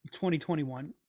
2021